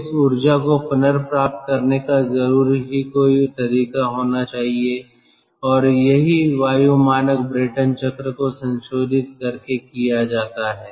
तो इस ऊर्जा को पुनर्प्राप्त करने का जरूर ही कोई तरीका होना चाहिए और यही वायु मानक ब्रेटन चक्र को संशोधित करके किया जाता है